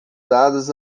dadas